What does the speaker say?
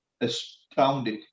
astounded